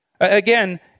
Again